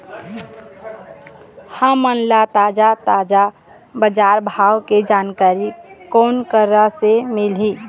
हमन ला ताजा ताजा बजार भाव के जानकारी कोन करा से मिलही?